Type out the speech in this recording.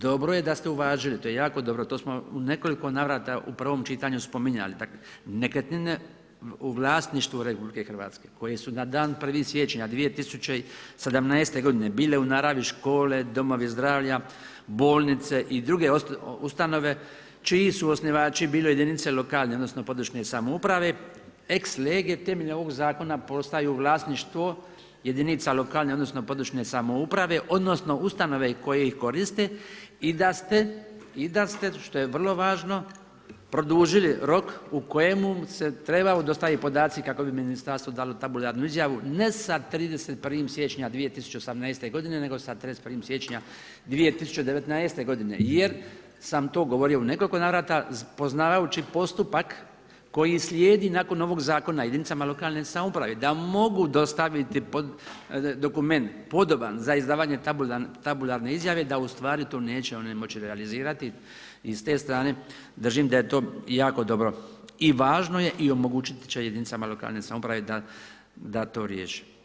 Dobro je da ste uvažili, to je jako dobro, to smo u nekoliko navrata u prvom čitanju spominjali da nekretnine u vlasništvu RH koje su na dan 1. siječnja 2017. godine bile u naravi škole, domovi zdravlja, bolnice i druge ustanove čiji su osnivači bili jedinice lokalne odnosno područne samouprave, ex lege temeljem ovog zakona, postaju vlasništvo jedinice lokalne odnosno područne samouprave odnosno ustanove koje ih koriste i da ste što je vrlo važno, produžili rok u kojemu se trebaju dostaviti podaci kako bi ministarstvo dalo tabularnu izjavu ne sa 31. siječnja 2018. godine nego sa 31. siječnja 2019. godine jer sam to govorio u nekoliko navrata poznavajući postupak koji slijedi nakon ovog zakona jedinice lokalne samouprave da mogu dostaviti dokument podoban za izdavanje tabularne izjave, da ustvari to neće one moći realizirati i s te strane držim da je to jako dobro. i važno je i omogućit će jedinicama lokalne samouprave da to riješe.